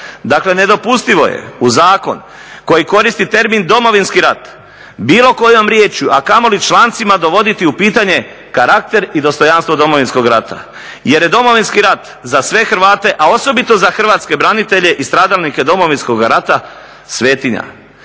Dakle nedopustivo je u zakon koji koristi termin Domovinski rat bilo kojom rječju, a kamoli člancima dovoditi u pitanje karakter i dostojanstvo Domovinskog rata jer je Domovinski rat za sve Hrvate, a osobito za hrvatske branitelje i stradalnike Domovinskog rata svetinja.